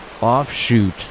offshoot